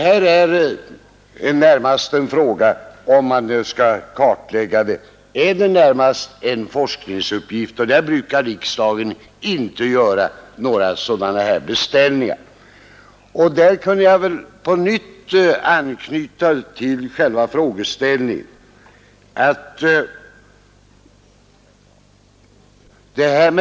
Om nu en kartläggning skall göras så är det närmast en forskningsuppgift och därvidlag brukar riksdagen inte göra några beställningar. I detta sammanhang kunde jag på nytt anknyta till frågeställningen som sådan.